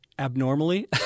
Abnormally